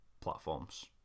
platforms